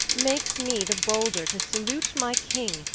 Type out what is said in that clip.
makes me the bolder to salute my king,